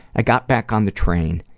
i got back on the train